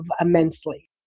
immensely